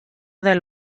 del